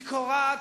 היא קורעת,